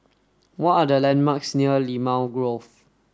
what are the landmarks near Limau Grove